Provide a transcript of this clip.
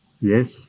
Yes